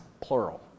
plural